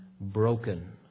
broken